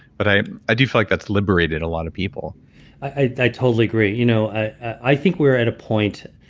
but i i do feel like that's liberated a lot of people i i totally agree. you know i think we're at a point,